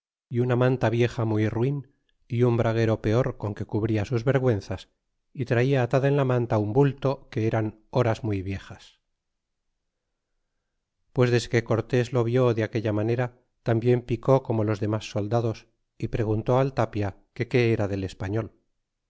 y una manta vieja muy ruin un braguero peor con que cubria sus vergüenzas y traia atada en la manta un bulto que eran horas muy viejas pues desque cortés lo vió de aquella manera tambien picó como los denaas soldados y preguntó al tapia que qué era del español